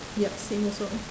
yup same also